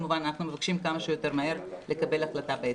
מבקשים כמה שיותר מהר לקבל החלטה בהתאם.